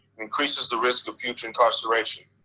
increases the risk of future incarceration.